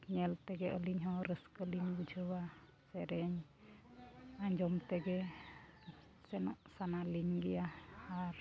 ᱧᱮᱞ ᱛᱮᱜᱮ ᱟᱹᱞᱤᱧ ᱦᱚᱸ ᱨᱟᱹᱥᱠᱟᱹ ᱞᱤᱧ ᱵᱩᱡᱷᱟᱹᱣᱟ ᱥᱮᱨᱮᱧ ᱟᱸᱡᱚᱢ ᱛᱮᱜᱮ ᱥᱮᱱᱚᱜ ᱥᱟᱱᱟᱞᱤᱧ ᱜᱮᱭᱟ ᱟᱨ